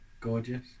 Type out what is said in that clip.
Gorgeous